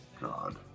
God